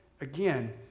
again